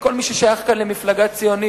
כל מי ששייך כאן למפלגה ציונית,